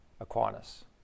Aquinas